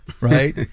right